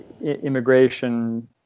immigration